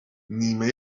نیمه